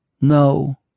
No